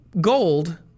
gold